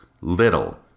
little